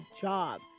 job